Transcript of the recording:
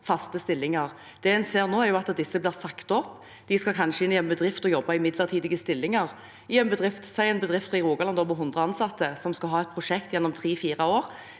faste stillinger. Det en ser nå, er at disse blir sagt opp. De skal kanskje inn i en bedrift og jobbe i midlertidige stillinger – la oss si i en bedrift i Rogaland med 100 ansatte som skal ha et prosjekt gjennom tre–fire år.